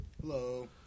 Hello